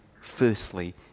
firstly